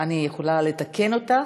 אני יכולה לתקן אותך?